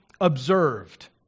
observed